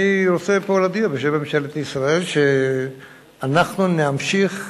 אני רוצה להודיע פה בשם ממשלת ישראל, שאנחנו נמשיך